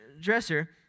dresser